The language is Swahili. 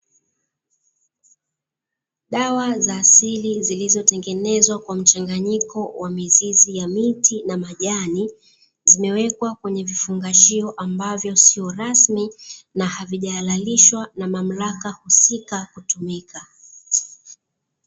Dawa za asili zilizotengenezwa kwa mchanganyiko wa mizizi ya miti na majani zimewekwa kwenye vifungashio ambavyo sio rasmi, na havijahalalishwa na mamlaka husika kutumika.